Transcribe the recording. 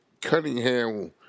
Cunningham